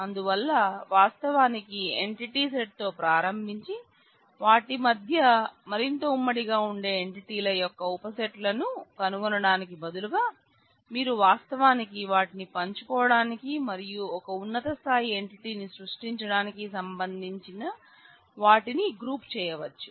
అందువల్ల వాస్తవానికి entity set తో ప్రారంభించి వాటి మధ్య మరింత ఉమ్మడిగా ఉండే ఎంటిటీల యొక్క ఉపసెట్ లను కనుగొనడానికి బదులుగా మీరు వాస్తవానికి వాటిని పంచుకోవడానికి మరియు ఒక ఉన్నత స్థాయి ఎంటిటీని సృష్టించడానికి సంబంధించి వాటిని గ్రూపు చేయవచ్చు